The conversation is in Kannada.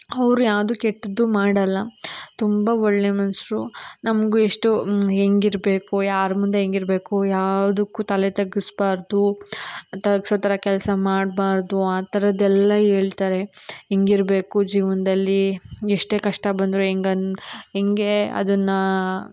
ಅವ್ರು ಯಾವ್ದು ಕೆಟ್ಟದ್ದೂ ಮಾಡೋಲ್ಲ ತುಂಬ ಒಳ್ಳೆಯ ಮನುಷ್ರು ನಮ್ಗೂ ಎಷ್ಟು ಹೇಗಿರ್ಬೇಕು ಯಾರ ಮುಂದೆ ಹೇಗಿರ್ಬೇಕು ಯಾವ್ದಕ್ಕೂ ತಲೆ ತಗ್ಗಿಸ್ಬಾರ್ದು ತಗ್ಸೋ ಥರ ಕೆಲಸ ಮಾಡಬಾರ್ದು ಆ ಥರದ್ದೆಲ್ಲ ಹೇಳ್ತಾರೆ ಹೆಂಗಿರ್ಬೇಕು ಜೀವನ್ದಲ್ಲಿ ಎಷ್ಟೇ ಕಷ್ಟ ಬಂದ್ರೂ ಹೆಂಗ್ ಅನ್ ಹೆಂಗೆ ಅದನ್ನು